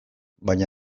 baina